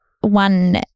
one